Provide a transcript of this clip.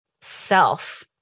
self